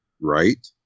Right